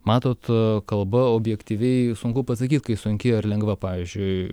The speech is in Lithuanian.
matot kalba objektyviai sunku pasakyt kai sunki ar lengva pavyzdžiui